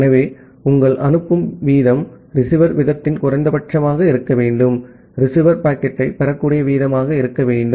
ஆகவே உங்கள் அனுப்பும் வீதம் ரிசீவர் வீதத்தின் குறைந்தபட்சமாக இருக்க வேண்டும் ரிசீவர் பாக்கெட்டைப் பெறக்கூடிய வீதமாக இருக்க வேண்டும்